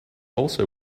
also